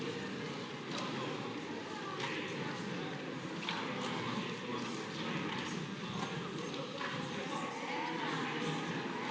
Hvala